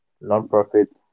non-profits